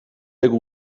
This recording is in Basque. leku